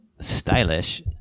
stylish